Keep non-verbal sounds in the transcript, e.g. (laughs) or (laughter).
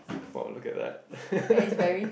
!wow! look at that (laughs)